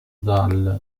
dal